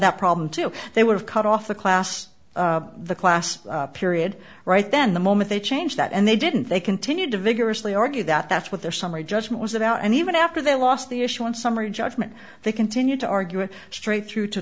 that problem too they would have cut off the class the class period right then the moment they change that and they didn't they continued to vigorously argue that that's what their summary judgment was about and even after they lost the issue in summary judgment they continued to argue it straight through to